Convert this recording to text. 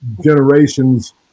generations